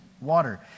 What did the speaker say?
water